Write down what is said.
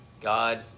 God